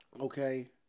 Okay